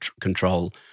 control